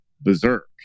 berserk